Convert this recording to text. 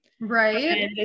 Right